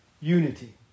unity